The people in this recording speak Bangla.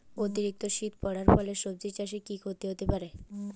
অতিরিক্ত শীত পরার ফলে সবজি চাষে কি ক্ষতি হতে পারে?